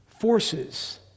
forces